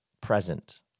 present